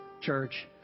church